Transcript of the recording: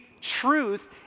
truth